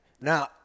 Now